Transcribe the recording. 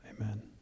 Amen